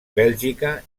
bèlgica